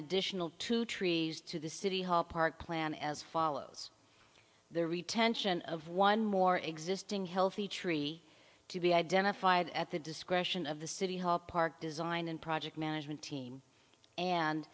additional two trees to the city hall park plan as follows the retention of one more existing healthy tree to be identified at the discretion of the city hall park design and project management team and